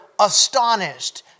astonished